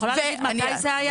זה היה